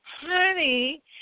honey